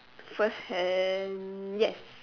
firsthand yes